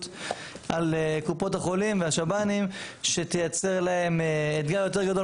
על קופות החולים והשב"נים שתייצר להם אתגר יותר גדול